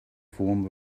form